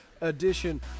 edition